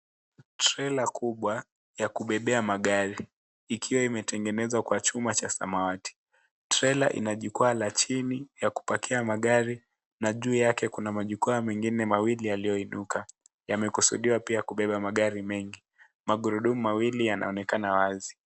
Trela kubwa ya kubebea magari ikiwa imetengenezwa kwa chuma cha samawati. Trela ina jukwaa la chini ya kupakia magari na juu yake kuna majukwaa mengine mawili yaliyoinuka. Yamekusudiwa pia kubeba magari mengi. Magurudumu mawili yanaonekana wazi.